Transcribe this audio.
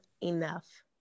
enough